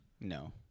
No